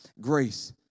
grace